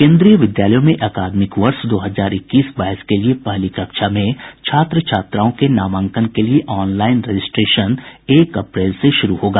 केन्द्रीय विद्यालयों में अकादमिक वर्ष दो हजार इक्कीस बाईस के लिए पहली कक्षा में छात्र छात्राओं के नामांकन के लिए ऑनलाईन रजिस्ट्रेशन एक अप्रैल से शुरू होगा